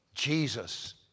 Jesus